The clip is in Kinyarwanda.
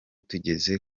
tugeze